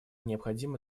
необходимо